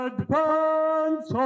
Advance